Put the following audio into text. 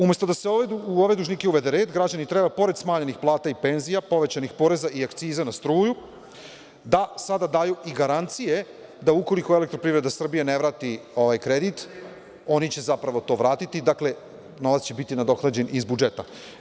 Umesto da se u ove dužnike uvede red, građani treba, pored smanjenih plata i penzija, povećanih poreza i akciza na struju, da sada daju i garancije da ukoliko „Elektroprivreda Srbija“ ne vrati ovaj kredit oni će zapravo to vratiti, dakle, novac će biti nadoknađen iz budžeta.